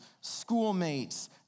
schoolmates